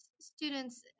students